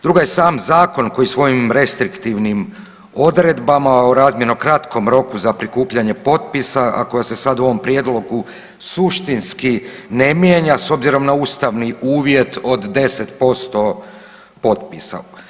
Druga je sam zakon koji svojim restriktivnim odredbama o razmjerno kratkom roku za prikupljanje potpisa, a koja se sad u ovom prijedlogu suštinski ne mijenja s obzirom na ustavni uvjet od 10% potpisa.